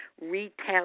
retail